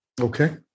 Okay